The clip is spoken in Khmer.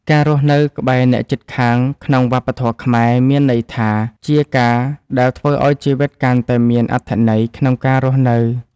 ការរស់នៅក្បែរអ្នកជិតខាងក្នុងវប្បធម៌ខ្មែរមានន័យថា ជាការដែលធ្វើឲ្យជីវិតកាន់តែមានអត្ថន័យក្នុងការរស់នៅ។